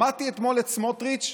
שמעתי אתמול את סמוטריץ',